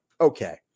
okay